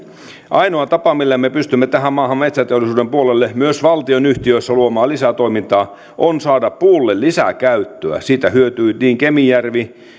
ainoa tapa millä me pystymme tähän maahan metsäteollisuuden puolelle myös valtionyhtiöissä luomaan lisää toimintaa on saada puulle lisää käyttöä siitä hyötyy niin kemijärvi